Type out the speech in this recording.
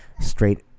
straight